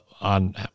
on